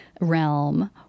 realm